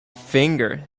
finger